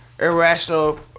irrational